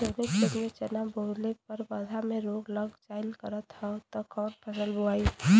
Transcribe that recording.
जवने खेत में चना बोअले पर पौधा में रोग लग जाईल करत ह त कवन फसल बोआई?